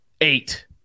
eight